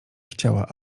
chciała